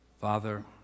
Father